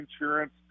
insurance